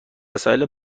وسایل